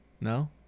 No